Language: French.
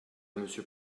monsieur